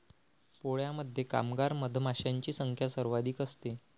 पोळ्यामध्ये कामगार मधमाशांची संख्या सर्वाधिक असते